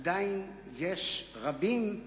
עדיין יש רבים,